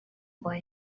boy